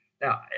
Now